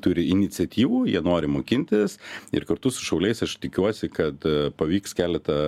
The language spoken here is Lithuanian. turi iniciatyvų jie nori mokintis ir kartu su šauliais aš tikiuosi kad pavyks keletą